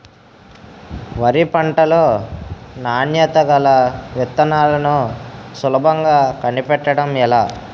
వరి పంట లో నాణ్యత గల విత్తనాలను సులభంగా కనిపెట్టడం ఎలా?